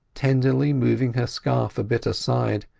tenderly moving her scarf a bit aside,